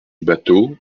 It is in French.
bâteau